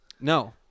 no